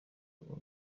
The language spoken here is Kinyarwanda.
abo